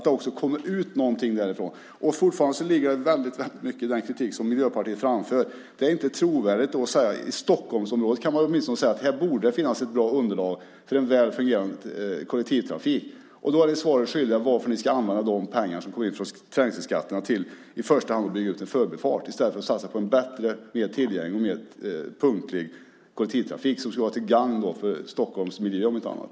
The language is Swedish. Fortfarande ligger det väldigt mycket i den kritik som Miljöpartiet framför. Det är inte trovärdigt. I Stockholmsområdet borde det finnas ett bra underlag för en väl fungerande kollektivtrafik. Ni är svaret skyldiga varför ni ska använda pengarna som kommer från trängselskatterna i första hand till att bygga ut en förbifart i stället för att satsa på en bättre, mer tillgänglig och punktlig kollektivtrafik som är till gagn för Stockholms miljö om inte annat.